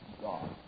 God